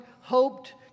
hoped